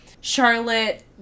Charlotte